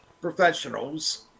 professionals